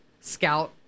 scout